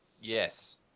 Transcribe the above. Yes